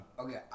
okay